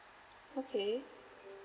okay